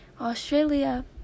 australia